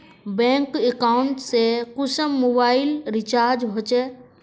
Bank account से कुंसम mobile recharge होचे?